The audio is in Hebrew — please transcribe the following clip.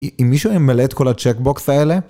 אם מישהו ימלא את כל הצ'קבוקס האלה?